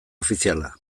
ofiziala